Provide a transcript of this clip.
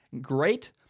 great